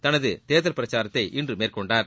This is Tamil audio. தனது தேர்தல் பிரச்சாரத்தை இன்று மேற்கொண்டார்